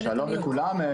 שלום לכולם.